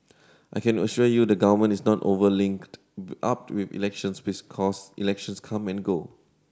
I can assure you the government is not over linked up to elections elections come and go